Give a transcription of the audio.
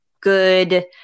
good